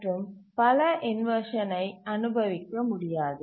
மற்றும் பல இன்வர்ஷனை அனுபவிக்க முடியாது